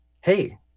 hey